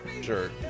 Sure